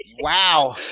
Wow